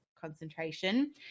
concentration